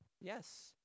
Yes